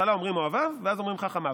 בהתחלה אומרים "אוהביו" ואז אומרים "חכמיו".